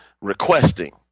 requesting